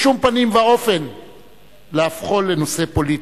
בשום פנים ואופן להופכה לנושא פוליטי.